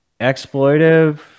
exploitive